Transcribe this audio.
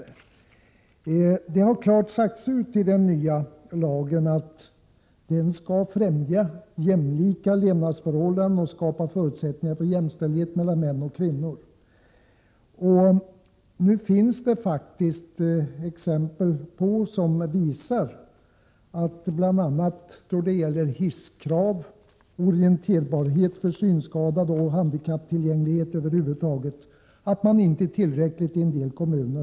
I den nya lagen har klart sagts ut att den skall främja jämlika levnadsförhållanden och skapa förutsättningar för jämställdhet mellan män och kvinnor. Det finns exempel som visar att man i en del kommuner inte tillräckligt har beaktat bl.a. krav på hissar, orienterbarhet för synskadade och handikapptillgänglighet över huvud taget.